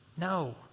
No